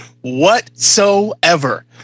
whatsoever